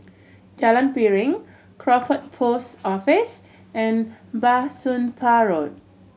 Jalan Piring Crawford Post Office and Bah Soon Pah Road